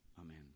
Amen